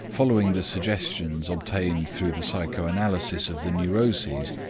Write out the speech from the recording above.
following the suggestions obtained through the psychoanalysis of the neuroses,